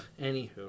Anywho